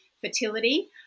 fertility